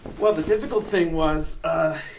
well, the difficult thing was, ah,